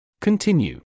Continue